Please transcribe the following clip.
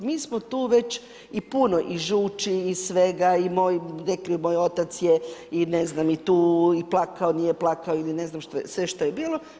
Mi smo tu već i puno i žući i svega i rekli moj otac je i ne znam i tu i plakao, nije plakao ili ne znam sve što je bilo.